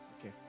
Okay